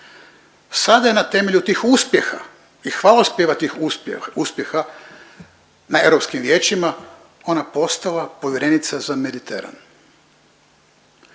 sada je na temelju tih uspjeha i hvalospjeva tih uspjeha na Europskim vijećima ona postala povjerenica za Mediteran.